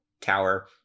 tower